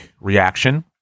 reaction